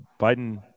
Biden